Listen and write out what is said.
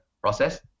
process